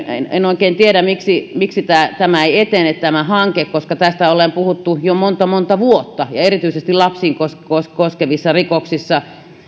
en en oikein tiedä miksi miksi tämä tämä ei etene tämä hanke koska tästä ollaan puhuttu jo monta monta vuotta erityisesti lapsia koskevissa koskevissa rikoksissa